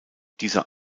dieser